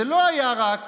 זה לא היה רק